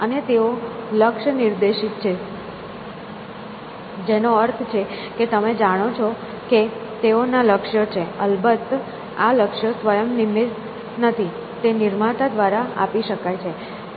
અને તેઓ લક્ષ્ય નિર્દેશિત છે જેનો અર્થ છે કે તમે જાણો છો કે તેઓના લક્ષ્યો છે અલબત્ત આ લક્ષ્યો સ્વયં નિર્મિત નથી તે નિર્માતા દ્વારા આપી શકાય છે